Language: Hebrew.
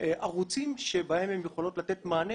ערוצים שבהם הן יכולות לתת מענה